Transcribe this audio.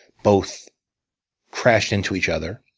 both crashed into each other.